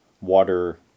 water